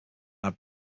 had